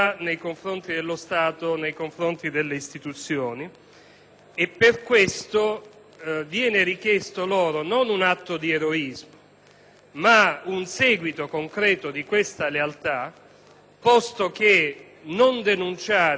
Per questo viene richiesto loro, non un atto di eroismo ma un seguito concreto di questa lealtà, posto che non denunciare richieste estorsive che si inseriscono in un contesto mafioso